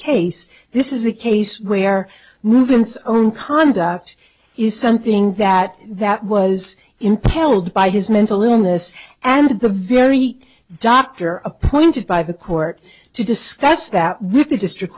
case this is a case where movement's own conduct is something that that was impelled by his mental illness and the very doctor appointed by the court to discuss that with the district